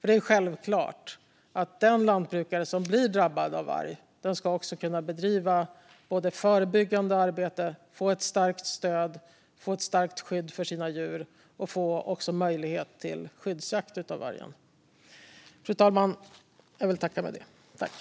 Det är självklart att den lantbrukare som blir drabbad av varg ska kunna både bedriva ett förebyggande arbete och få ett starkt stöd, ett starkt skydd för sina djur och också möjlighet till skyddsjakt på varg.